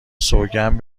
سوگند